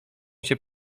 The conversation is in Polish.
się